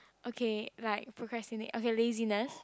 okay like procrastinate okay laziness